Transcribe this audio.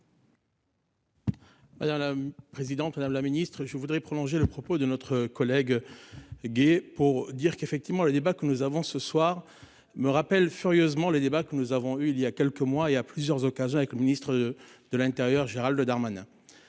Voilà la présidente Madame la Ministre je voudrais prolonger le propos de notre collègue. Gay pour dire qu'effectivement le débat que nous avons ce soir me rappelle furieusement les débats que nous avons eu il y a quelques mois et à plusieurs occasions avec le ministre de l'Intérieur Gérald Darmanin.